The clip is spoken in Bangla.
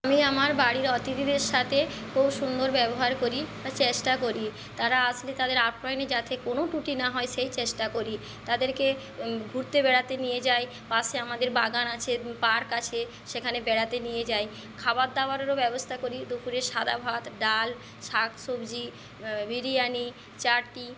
আমি আমার বাড়ির অতিথিদের সাথে খুব সুন্দর ব্যবহার করি বা চেষ্টা করি তারা আসলে তাদের আপ্যায়নে যাতে কোনো ত্রুটি না হয় সেই চেষ্টা করি তাদেরকে ঘুরতে বেড়াতে নিয়ে যাই পাশে আমাদের বাগান আছে পার্ক আছে সেখানে বেড়াতে নিয়ে যাই খাবার দাবারেরও ব্যবস্থা করি দুপুরে সাদা ভাত ডাল শাকসবজি বিরিয়ানি চাটনি